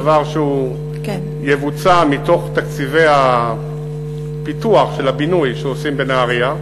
דבר שיבוצע מתוך תקציבי הפיתוח של הבינוי שעושים בנהרייה.